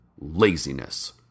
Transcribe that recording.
Laziness